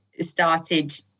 started